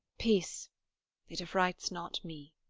peace it affrights not me.